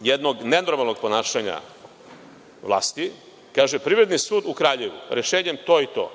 jednog nenormalnog ponašanja vlasti. Kaže - Privredni sud u Kraljevu, rešenjem to i to,